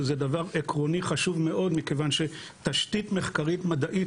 שזה דבר עקרוני חשוב מאוד מכיוון שתשתית מחקרית מדעית